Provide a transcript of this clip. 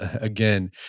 again